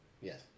Yes